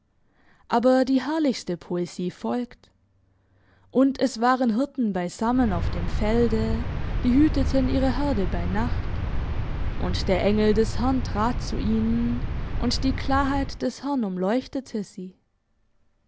aber die herrlichste poesie folgt und es waren hirten beisammen auf dem felde die hüteten ihre herde bei nacht und der engel des herrn trat zu ihnen und die klarheit des herrn umleuchtete sie